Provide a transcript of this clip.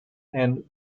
and